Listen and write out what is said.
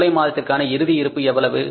ஜூலை மாதத்திற்கான இறுதி இருப்பு எவ்வளவு